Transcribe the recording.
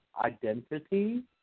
identity